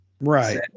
Right